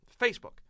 Facebook